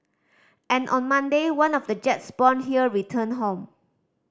and on Monday one of the jets born here returned home